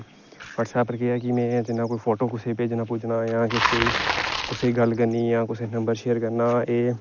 WhatsApp उप्पर के है कि में जियां कोई फोटो कुसेगी भेजना होऐ जां किश कोई कुसेगी गल्ल करनी जां कुसे गी नम्बर शेयर करना ऐ